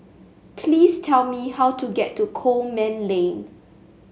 please tell me how to get to Coleman Lane